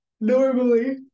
normally